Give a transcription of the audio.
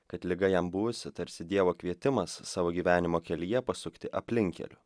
kad liga jam buvusi tarsi dievo kvietimas savo gyvenimo kelyje pasukti aplinkkeliu